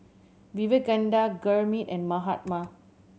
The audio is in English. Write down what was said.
Vivekananda Gurmeet and Mahatma